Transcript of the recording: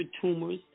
tumors